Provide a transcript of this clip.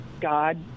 God